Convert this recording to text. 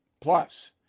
Plus